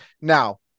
Now